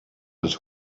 was